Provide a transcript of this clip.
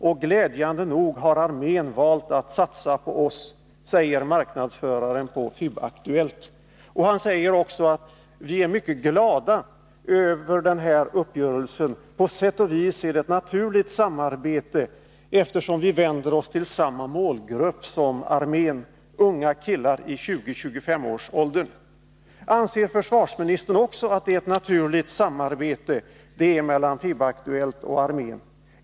Och glädjande nog har armén valt att satsa på oss ——-.” Han säger också: ”Vi är naturligtvis mycket glada åt den här uppgörelsen. På sätt och vis är det ett naturligt samarbete eftersom vi vänder oss till samma Anser också försvarsministern att detta är ett naturligt samarbete mellan FIB-Aktuellt och armén?